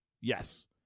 Yes